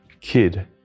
kid